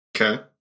Okay